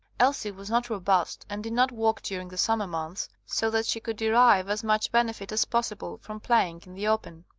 elsie was not robust, and did not work during the summer months, so that she could derive as much benefit as possible from playing in the open.